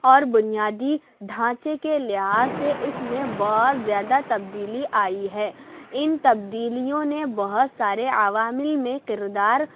اور بُنیادی ڈھانچے کے لحاظ سے اِس میں بہت زیادہ تبدیلی آئی ہے اِن تبدیلیوں نے بہت سارے عوامل میں کردار